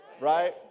Right